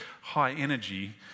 high-energy